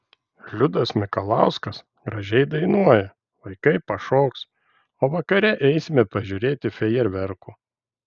liudas mikalauskas gražiai dainuoja vaikai pašoks o vakare eisime pažiūrėti fejerverkų